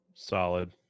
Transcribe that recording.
solid